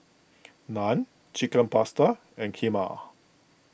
Naan Chicken Pasta and Kheema